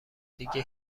دیگه